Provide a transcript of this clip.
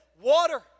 Water